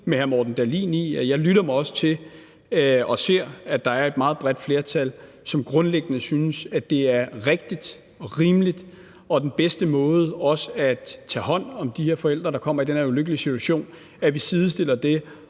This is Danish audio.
med hr. Morten Dahlin i, og det lytter jeg mig også til og ser at der er et meget bredt flertal som grundlæggende synes, at det er rigtigt og rimeligt og den bedste måde også at tage hånd om de her forældre, der kommer i den her ulykkelige situation, på, at vi sidestiller